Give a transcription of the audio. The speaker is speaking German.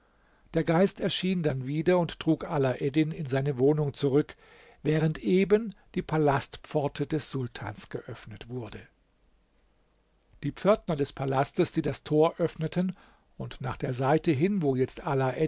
der geist erschien dann wieder und trug alaeddin in seine wohnung zurück während eben die palastpforte des sultans geöffnet wurde die pförtner des palastes die das tor öffneten und nach der seite hin wo jetzt